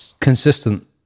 consistent